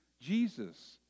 Jesus